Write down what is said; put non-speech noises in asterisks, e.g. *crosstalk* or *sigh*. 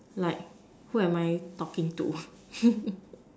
like who am I talking to *noise*